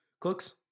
Cooks